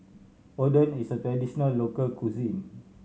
oden is a traditional local cuisine